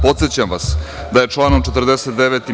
Podsećam vas da je članom 49.